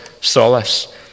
solace